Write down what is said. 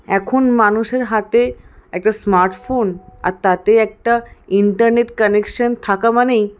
এখন মানুষের হাতে একটা স্মার্টফোন আর তাতে একটা ইন্টারনেট কানেকশান থাকা মানেই